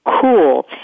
cool